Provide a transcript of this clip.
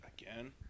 Again